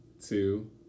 two